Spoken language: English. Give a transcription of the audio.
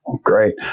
great